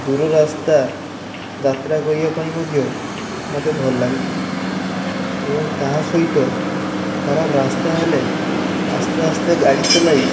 ଦୂର ରାସ୍ତା ଯାତ୍ରା କରବା ପାଇଁ ମଧ୍ୟ ମୋତେ ଭଲ ଲାଗିଥାଏ ଏବଂ ତାହା ସହିତ ଖରାପ ରାସ୍ତା ହେଲେ ଆସ୍ତେ ଆସ୍ତେ ଗାଡ଼ି ଚଲାଇ